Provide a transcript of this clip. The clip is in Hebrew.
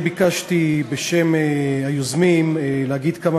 אני ביקשתי להגיד בשם היוזמים כמה